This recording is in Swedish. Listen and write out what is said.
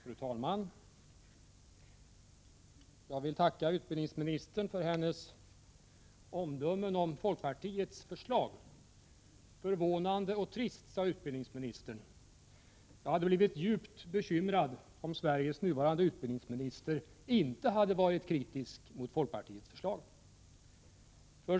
Fru talman! Jag vill tacka utbildningsministern för hennes omdömen om folkpartiets förslag. Förvånande och trist, sade utbildningsministern. Jag hade blivit djupt bekymrad om Sveriges nuvarande utbildningsminister inte hade varit kritisk mot folkpartiets förslag.